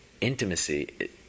Intimacy